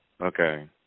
okay